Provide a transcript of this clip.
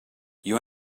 you